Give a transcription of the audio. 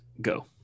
Go